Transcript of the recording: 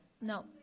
No